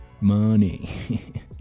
money